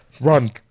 run